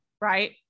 right